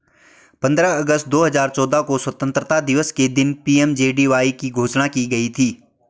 पंद्रह अगस्त दो हजार चौदह को स्वतंत्रता दिवस के दिन पी.एम.जे.डी.वाई की घोषणा की गई थी